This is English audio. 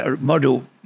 model